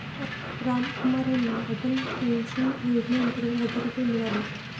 रामकुमार यांना अटल पेन्शन योजनेअंतर्गत हजार रुपये मिळाले